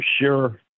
sure